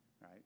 right